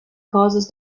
causes